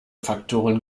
faktoren